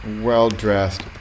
well-dressed